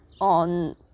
on